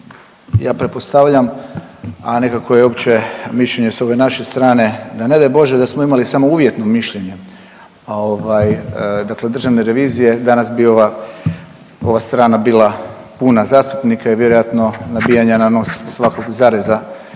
Ja pretpostavljam, a nekako je opće mišljenje s ove naše strane da ne gaj Bože da smo imali samo uvjetno mišljenje, dakle Državne revizije danas bi ova strana bila puna zastupnika i vjerojatno nabijanja na nos svakog zareza